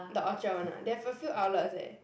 the Orchard one ah they have a few outlets eh